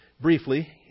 briefly